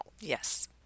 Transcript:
Yes